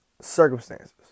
circumstances